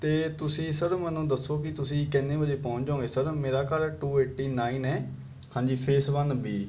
ਅਤੇ ਤੁਸੀਂ ਸਰ ਮੈਨੂੰ ਦੱਸੋ ਕਿ ਤੁਸੀਂ ਕਿੰਨੇ ਵਜੇ ਪਹੁੰਚ ਜਾਓਗੇ ਸਰ ਮੇਰਾ ਘਰ ਟੂ ਏਟੀ ਨਾਈਨ ਹੈ ਹਾਂਜੀ ਫੇਸ ਵਨ ਬੀ